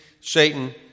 Satan